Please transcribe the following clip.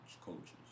coaches